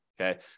Okay